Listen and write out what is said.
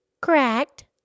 Correct